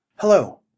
Hello